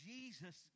Jesus